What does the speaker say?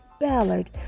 Ballard